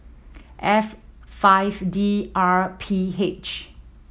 F five D R P H